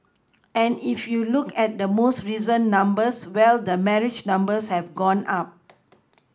and if you look at the most recent numbers well the marriage numbers have gone up